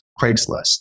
Craigslist